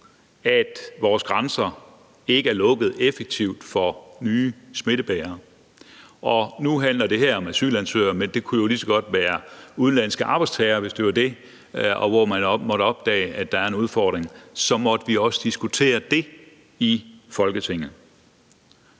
at vores grænser ikke er lukket effektivt for nye smittebærere. Nu handler det her om asylansøgere, men det kunne jo lige så godt være udenlandske arbejdstagere, hvis det var der, man måtte opdage, at der var en udfordring; så måtte vi også diskutere det i Folketinget.